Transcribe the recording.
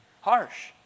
harsh